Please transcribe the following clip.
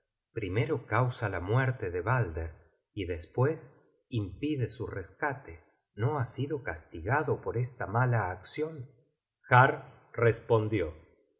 primero causa la muerte de balder y despues impide su rescate no ha sido castigado por esta mala accion har respondió